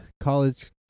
College